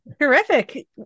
Terrific